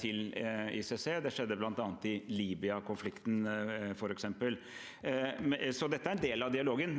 til ICC. Det skjedde bl.a. i Libya-konflikten. Dette er en del av dialogen,